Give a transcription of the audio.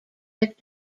mac